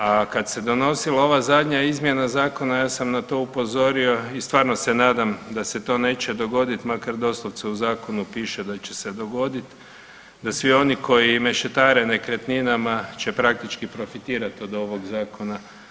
A kad se donosila ova zadnja izmjena zakona ja sam na to upozorio i stvarno se nadam da se to neće dogodit, makar doslovce u zakonu piše da će se dogodit, da svi oni koji mešetare nekretninama će praktički profitirat od ovog zakona.